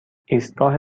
ایستگاه